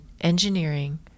engineering